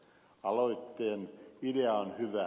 aloitteen idea on hyvä